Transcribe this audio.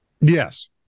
Yes